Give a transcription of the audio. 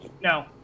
No